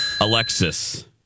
Alexis